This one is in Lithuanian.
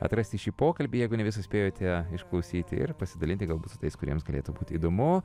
atrasti šį pokalbį jeigu ne visi spėjote išklausyti ir pasidalinti galbūt su tais kuriems galėtų būti įdomu